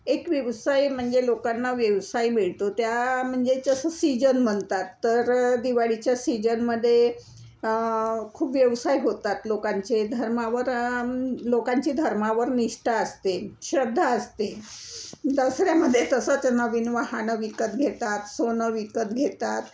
एक व्यवसाय म्हणजे लोकांना व्यवसाय मिळतो त्या म्हणजे जसं सीजन म्हणतात तर दिवाळीच्या सीजनमध्ये खूप व्यवसाय होतात लोकांचे धर्मावर लोकांची धर्मावर निष्ठा असते श्रद्धा असते दसऱ्यामध्ये तसंच नवीन वाहनं विकत घेतात सोनं विकत घेतात